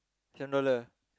seven dollar